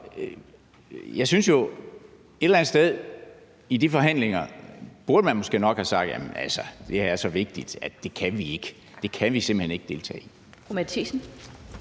jeg synes jo, at man et eller andet sted i de forhandlinger måske nok burde have sagt, jamen det her er så vigtigt, at det kan vi ikke. Det kan vi simpelt hen ikke deltage i.